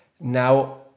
now